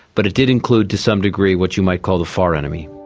but it did include to some degree what you might call the far enemy.